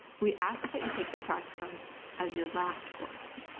we ask that you take the practicum as your last course.